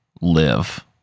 live